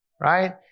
right